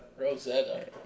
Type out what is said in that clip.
Rosetta